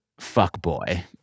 fuckboy